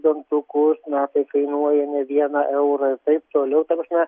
dantukus na tai kainuoja ne vieną eurą ir taip toliau ta prasme